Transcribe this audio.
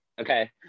Okay